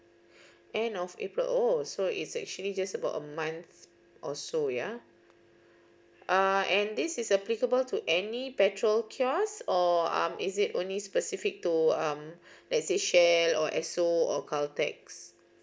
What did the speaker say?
end of april oh so it's actually just about a month also ya uh and this is applicable to any petrol kiosk or um is it only specific to um let's say Shell or Esso or Caltex